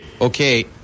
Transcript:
Okay